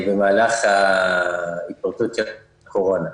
במהלך ההתפרצות של הקורונה.